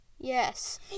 Yes